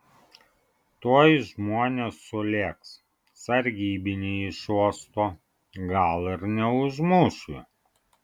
tuoj žmonės sulėks sargybiniai iš uosto gal ir neužmuš jo